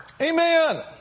amen